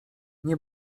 nie